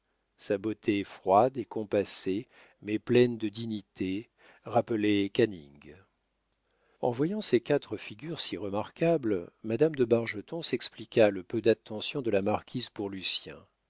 sa beauté froide et compassée mais pleine de dignité rappelait canning en voyant ces quatre figures si remarquables madame de bargeton s'expliqua le peu d'attention de la marquise pour lucien